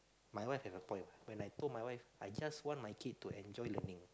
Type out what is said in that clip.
my wife have a point when I told my wife I just want my kid to enjoy learning